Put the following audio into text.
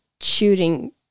shooting